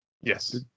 Yes